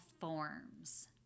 forms